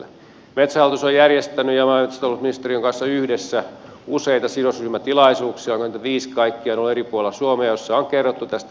metsähallitus on järjestänyt maa ja metsätalousministeriön kanssa yhdessä useita sidosryhmätilaisuuksia onkohan niitä viisi kaikkiaan ollut eri puolilla suomea joissa on kerrottu tästä valmistelusta